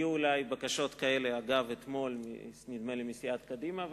אתמול הגיעו אלי בקשות כאלה מסיעת קדימה,